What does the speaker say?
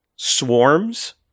Swarms